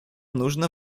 нужно